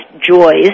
joys